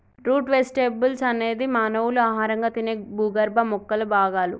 route vegetables అనేది మానవులు ఆహారంగా తినే భూగర్భ మొక్కల భాగాలు